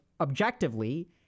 objectively